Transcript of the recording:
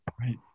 Right